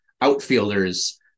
outfielders